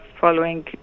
following